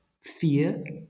fear